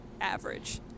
average